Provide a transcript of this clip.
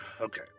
okay